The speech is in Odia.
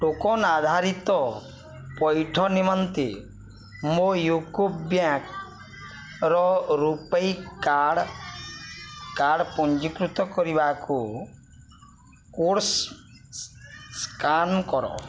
ଟୋକନ୍ ଆଧାରିତ ପଇଠ ନିମନ୍ତେ ମୋ ୟୁକୋ ବ୍ୟାଙ୍କ୍ର ରୂପୈ କାର୍ଡ଼୍ କାର୍ଡ଼୍ ପଞ୍ଜୀକୃତ କରିବାକୁ କୋଡ଼୍ ସ୍କାନ୍ କର